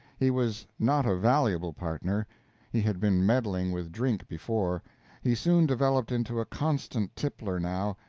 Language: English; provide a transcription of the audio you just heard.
he was not a valuable partner he had been meddling with drink before he soon developed into a constant tippler now,